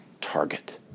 target